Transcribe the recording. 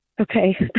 Okay